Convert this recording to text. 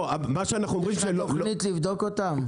יש לך תוכנית לבדוק אותם?